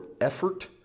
effort